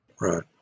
Right